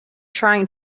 trying